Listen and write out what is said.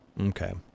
Okay